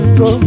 go